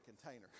container